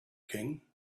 king